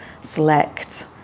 select